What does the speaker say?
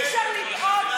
אי-אפשר לטעון,